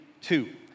two